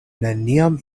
neniam